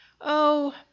Oh